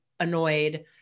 annoyed